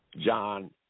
John